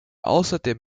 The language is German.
außerdem